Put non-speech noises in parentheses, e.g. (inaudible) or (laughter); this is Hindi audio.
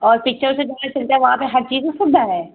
और पिक्चर से (unintelligible) वहाँ पर हर चीज़ की सुविधा है